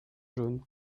jaune